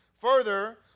Further